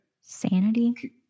Sanity